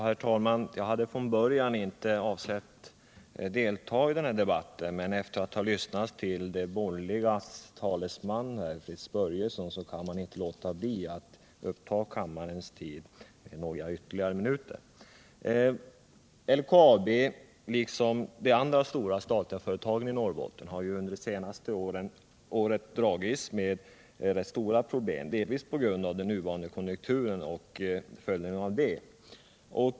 Herr talman! Jag hade från början inte avsett att delta i den här debatten, men efter att ha lyssnat till de borgerligas talesman Fritz Börjesson kan jag inte låta bli att uppta kammarens tid ytterligare några minuter. LKAB, liksom de andra stora statliga företagen i Norrbotten, har under det senaste året dragits med rätt stora problem, delvis på grund av den nuvarande konjunkturen och följderna av den.